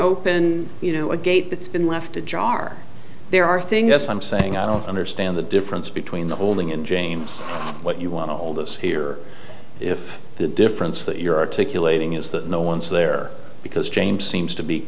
open you know a gate that's been left ajar there are things i'm saying i don't understand the difference between the only and james what you want to hold us here if the difference that you're articulating is that no one's there because james seems to be